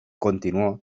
continuó